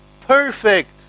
perfect